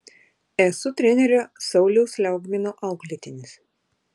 esu trenerio sauliaus liaugmino auklėtinis